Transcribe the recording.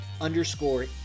underscore